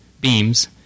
beams